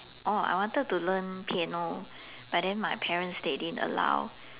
oh I wanted to learn piano but then my parents they didn't allow